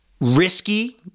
risky